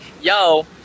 Yo